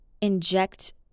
inject